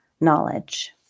knowledge